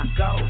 go